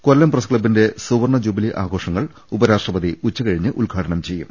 കൊല്ലം പ്രസ്ക്ലബിന്റെ സുവർണ ജൂബിലി ആഘോഷങ്ങൾ ഉപരാഷ്ട്രപതി ഇന്ന് ഉച്ചകഴിഞ്ഞ് ഉദ്ഘാടനം ചെയ്യും